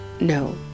No